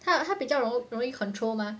他他比较容容易 control mah